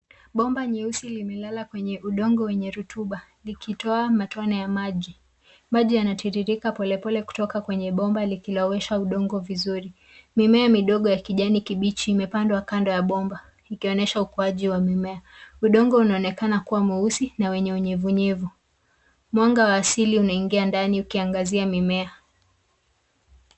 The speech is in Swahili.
Bomba nyeusi imelala kwenye udongo wenye rutuba likitoa matone ya maji. Maji yanatiririka polepole kutoka kwenye bomba likilowesha udongo vizuri. Mimea midogo ya kijani kibichi imepandwa kando ya bomba ikionyesha ukuaji wa mimea. Udongo unaonekana kuwa mweusi na wenye unyevunyevu. Mwanga wa asili unaingia ndani ukiangazia mimea.